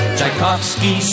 Tchaikovsky